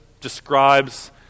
describes